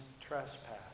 trespass